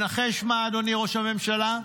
נחש מה, אדוני ראש הממשלה?